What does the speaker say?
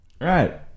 right